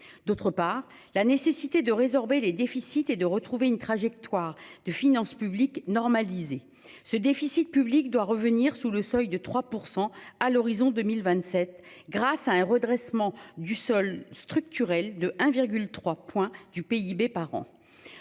D'autre part, la nécessité de résorber les déficits et de retrouver une trajectoire de finances publiques normalisé ce déficit public doit revenir sous le seuil de 3% à l'horizon 2027 grâce à un redressement du sol structurel de 1,3 points du PIB par an.